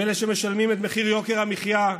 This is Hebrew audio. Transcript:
הם אלה שמשלמים את מחיר יוקר המחיה,